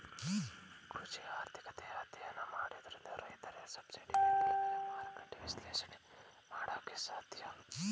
ಕೃಷಿ ಆರ್ಥಿಕತೆಯ ಅಧ್ಯಯನ ಮಾಡೋದ್ರಿಂದ ರೈತರಿಗೆ ಸಬ್ಸಿಡಿ ಬೆಂಬಲ ಬೆಲೆ, ಮಾರುಕಟ್ಟೆ ವಿಶ್ಲೇಷಣೆ ಮಾಡೋಕೆ ಸಾಧ್ಯ